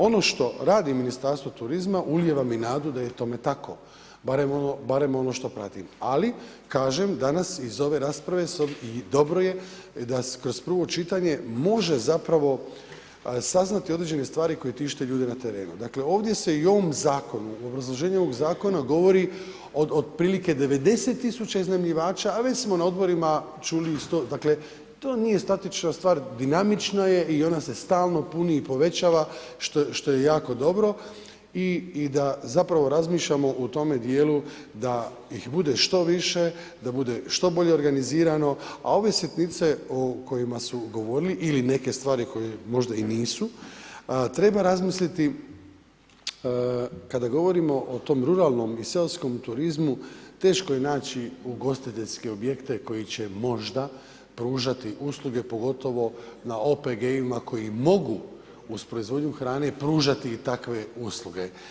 Ono što radi Ministarstvo turizma ulijeva mi nadu da je tome tako, barem ono što pratim, ali kažem, danas iz ove rasprave i dobro je da kroz prvo čitanje može zapravo saznati određene stvari koje tište ljude na terenu, dakle se ovdje i u ovom zakonu, obrazloženju ovog zakona govori otprilike 90 000 iznajmljivača, a već smo na odborima čuli isto, to nije statična stvar, dinamična je i ona se stalno puni i povećava što je jako dobro i da zapravo razmišljamo u tome djelu da ih bude što više, da bude što bolje organizirano, a ove sitnice o kojima su govorili ili neke stvari o kojima možda i nisu, treba razmisliti kada govorimo o tom ruralnom i seoskom turizmu, teško je naći ugostiteljske objekte koji će možda pružati usluge, pogotovo na OPG-ima koji mogu, uz proizvodnju hrane pružati takve usluge.